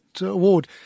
award